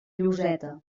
lloseta